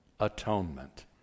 atonement